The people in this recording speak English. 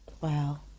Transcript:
Wow